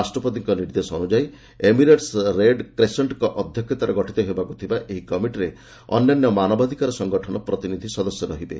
ରାଷ୍ଟ୍ରପତିଙ୍କ ନିର୍ଦ୍ଦେଶ ଅନୁଯାୟୀ ଏମିରେଟ୍ସ ରେଡ୍ କ୍ରେସେଷ୍ଟ୍କ ଅଧ୍ୟକ୍ଷତାରେ ଗଠିତ ହେବାକୁ ଥିବା ଏହି କମିଟିରେ ଅନ୍ୟାନ୍ୟ ମାନବାଧୂକାର ସଂଗଠନ ପ୍ରତିନିଧି ସଦସ୍ୟ ରହିବେ